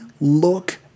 look